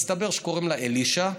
מסתבר שקוראים לה אלישה,